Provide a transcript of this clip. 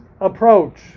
approach